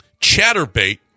Chatterbait